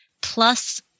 plus